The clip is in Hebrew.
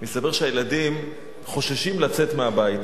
מסתבר שהילדים חוששים לצאת מהבית.